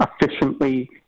efficiently